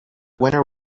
winner